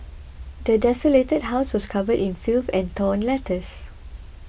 the desolated house was covered in filth and torn letters